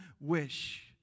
wish